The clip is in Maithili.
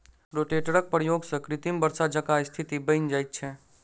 रोटेटरक प्रयोग सॅ कृत्रिम वर्षा जकाँ स्थिति बनि जाइत छै